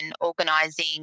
organising